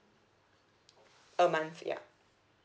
a month ya